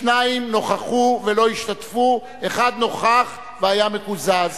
שניים נכחו ולא השתתפו, אחד נכח והיה מקוזז.